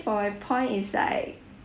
for my point is like